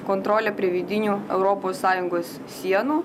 kontrolę prie vidinių europos sąjungos sienų